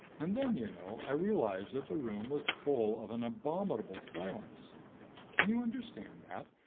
and then, you know, i realized that the room was full of an abominable silence can you understand that?